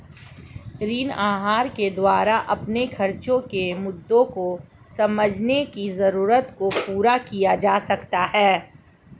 ऋण आहार के द्वारा अपने खर्चो के मुद्दों को समझने की जरूरत को पूरा किया जा सकता है